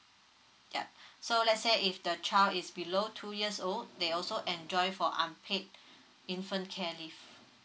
yup so let's say if the child is below two years old they also enjoy for unpaid infant care leave